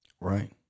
Right